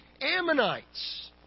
Ammonites